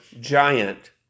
giant